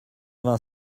vingt